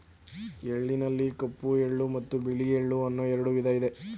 ಎಳ್ಳಿನಲ್ಲಿ ಕಪ್ಪು ಎಳ್ಳು ಮತ್ತು ಬಿಳಿ ಎಳ್ಳು ಅನ್ನೂ ಎರಡು ವಿಧ ಇದೆ